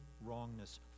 wrongness